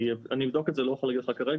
אני אבדוק את זה, אני לא יכול להגיד לך כרגע.